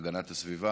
והגנת הסביבה.